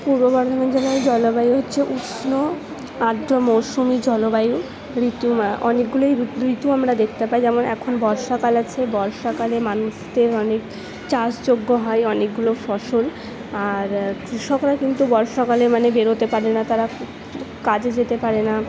পূর্ব বর্ধমান জেলায় জলবায়ু হচ্ছে উষ্ণ আর্দ্র মৌসুমি জলবায়ু ঋতু অনেকগুলোই ঋতু আমরা দেখতে পাই যেমন এখন বর্ষাকাল আছে বর্ষাকালে মানুষদের অনেক চাষযোগ্য হয় অনেকগুলো ফসল আর কৃষকরা কিন্তু বর্ষাকালে মানে বেরোতে পারে না তারা কাজে যেতে পারে না